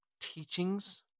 teachings